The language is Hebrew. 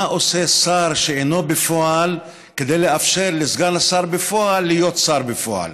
מה עושה שר שאינו בפועל כדי לאפשר לסגן השר בפועל להיות שר בפועל?